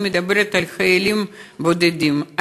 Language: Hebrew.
אני מדברת על חיילים בודדים,